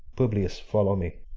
publius, follow me.